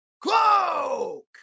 Cloak